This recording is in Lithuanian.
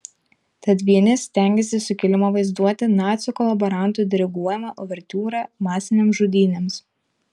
tad vieni stengiasi sukilimą vaizduoti nacių kolaborantų diriguojama uvertiūra masinėms žudynėms